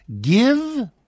give